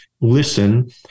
listen